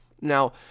Now